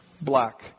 black